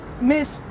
Miss